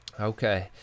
okay